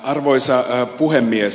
arvoisa puhemies